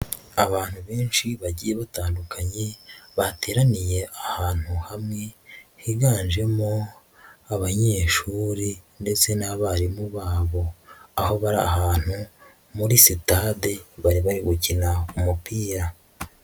Abantu benshi bagiye batandukanye bateraniye ahantu hamwe higanjemo abanyeshuri ndetse n'abarimu babo, aho bari ahantu muri sitade bari bari gukina umupira.